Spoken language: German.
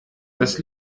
das